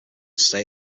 state